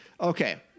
Okay